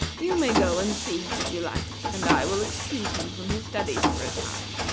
you may go and see him, if you like, and i will excuse him from his studies for a time,